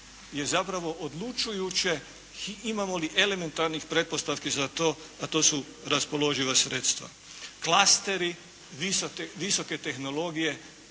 je zapravo odlučujući imamo li elementarnih pretpostavki za to, a to su raspoloživa sredstva. Klasteri visoke tehnologije